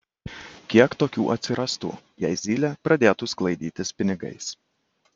kiek tokių atsirastų jei zylė pradėtų sklaidytis pinigais